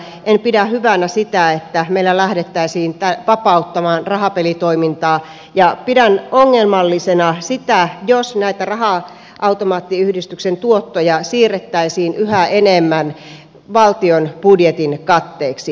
en pidä hyvänä sitä että meillä lähdettäisiin vapauttamaan rahapelitoimintaa ja pidän ongelmallisena sitä jos näitä raha automaattiyhdistyksen tuottoja siirrettäisiin yhä enemmän valtion budjetin katteeksi